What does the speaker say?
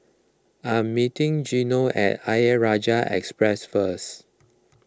I am meeting Gino at Ayer Rajah Express first